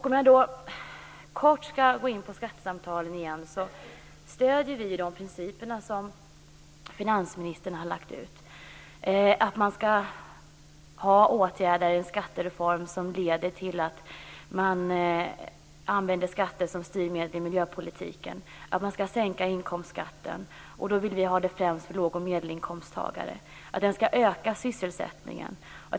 Om jag kort skall gå in på skattesamtalen igen så stöder vi de principer som finansministern har lagt fast; att man skall ha åtgärder i en skattereform som leder till att man använder skatter som styrmedel i miljöpolitiken och att man skall sänka inkomstskatten, främst för låg och medelinkomsttagare. Skattereformen skall också öka sysselsättningen.